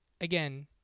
again